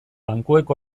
bankuek